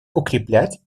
укреплять